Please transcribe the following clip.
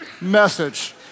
message